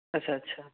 اچھا اچھا